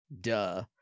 Duh